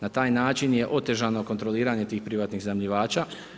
Na taj način je otežano kontroliranje tih privatnih iznajmljivača.